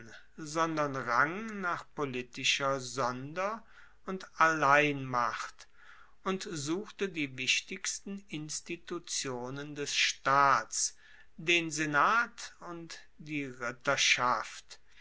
sondern rang nach politischer sonder und alleinmacht und suchte die wichtigsten institutionen des staats den senat und die